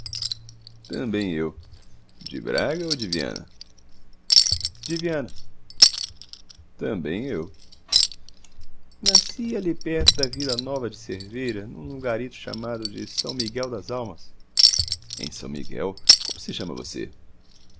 também eu de braga ou de viana de viana também eu nasci ali perto da vila nova de cerveira num lugarito chamado de são miguel das almas em são miguel como se chama você